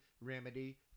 remedy